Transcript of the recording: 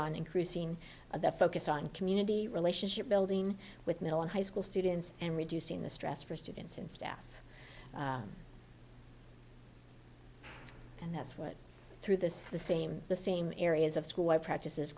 on increasing the focus on community relationship building with middle and high school students and reducing the stress for students and staff and that's what through this the same the same areas of school why practices